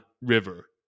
River